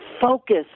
focus